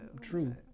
True